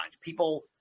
People